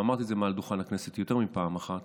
ואמרתי את זה מעל דוכן הכנסת יותר מפעם אחת: